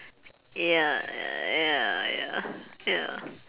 ya ya ya ya